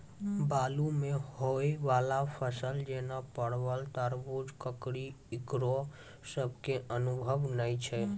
बालू मे होय वाला फसल जैना परबल, तरबूज, ककड़ी ईकरो सब के अनुभव नेय छै?